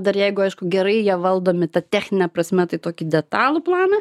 dar jeigu aišku gerai jie valdomi ta technine prasme tai tokį detalų planą